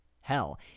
hell